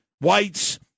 whites